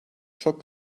çok